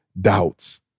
doubts